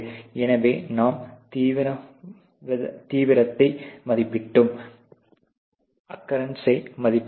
எனவே நாம் தீவிரத்தை மதிப்பீட்டடோம் அக்கரன்ஸை மதிப்பீட்டடோம்